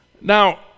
Now